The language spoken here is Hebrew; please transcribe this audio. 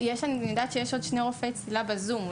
יודעת שיש עוד שני רופאי צלילה בזום.